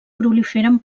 proliferen